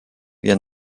wir